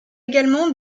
également